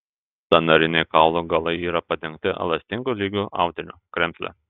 sąnariniai kaulų galai yra padengti elastingu lygiu audiniu kremzle